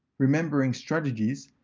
remembering strategies,